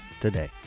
today